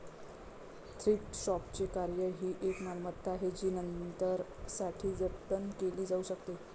thrift शॉपचे कार्य ही एक मालमत्ता आहे जी नंतरसाठी जतन केली जाऊ शकते